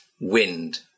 wind